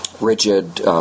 rigid